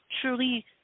truly